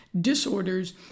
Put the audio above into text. disorders